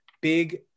big